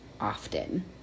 often